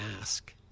ask